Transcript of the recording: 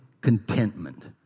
contentment